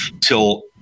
till